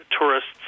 tourists